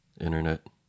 internet